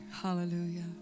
Hallelujah